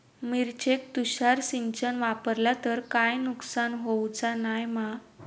मिरचेक तुषार सिंचन वापरला तर काय नुकसान होऊचा नाय मा?